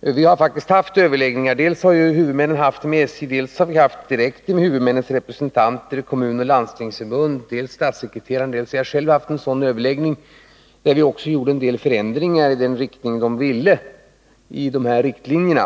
Vi har faktiskt haft överläggningar. Dels har huvudmännen haft överläggningar med SJ, dels har vi haft överläggningar med huvudmännens representanter i Kommunförbundet och Landstingsförbundet. Vidare har dels statssekreteraren, dels jag själv haft en sådan överläggning. Där gjorde vi också beträffande riktlinjerna vissa ändringar i den önskade riktningen.